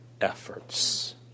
efforts